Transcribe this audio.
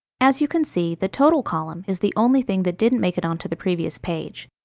as you can see, the total column is the only thing that didn't make it onto the previous page.